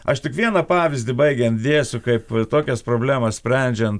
aš tik vieną pavyzdį baigiant dėsiu kaip tokias problemas sprendžiant